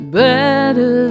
better